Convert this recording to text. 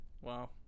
Wow